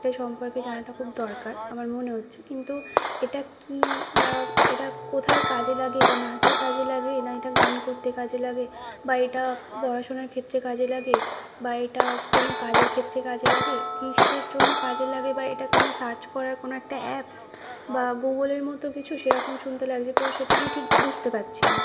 এটা সম্পর্কে জানাটা খুব দরকার আমার মনে হচ্ছে কিন্তু এটা কী বা এটা কোথায় কাজে লাগে এটা নাচে কাজে লাগে না এটা গান করতে কাজে লাগে বা এটা পড়াশোনার ক্ষেত্রে কাজে লাগে বা এটা কোনো কাজের ক্ষেত্রে কাজে লাগে কীসের জন্য কাজে লাগে বা এটা কোনো সার্চ করার কোনো একটা অ্যাপ বা গুগলের মতো কিছু সেরকম শুনতে লাগছে তো সেটা আমি ঠিক বুঝতে পারছি না